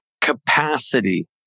capacity